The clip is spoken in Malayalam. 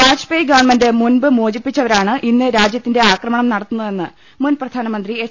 വാജ്പേയി ഗവൺമെന്റ് മുമ്പ് മോചിപ്പിച്ചവരാണ് ഇന്ന് രാജ്യത്തിനെതിരെ ആക്രമണം നടത്തുന്നതെന്ന് മുൻ പ്രധാന മന്ത്രി എച്ച്